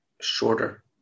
shorter